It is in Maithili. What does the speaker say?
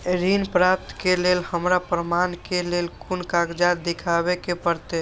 ऋण प्राप्त के लेल हमरा प्रमाण के लेल कुन कागजात दिखाबे के परते?